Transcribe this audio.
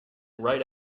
right